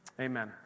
Amen